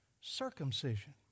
circumcision